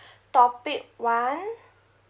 topic one